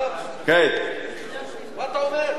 מה אתה אומר.